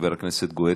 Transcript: חבר הכנסת גואטה,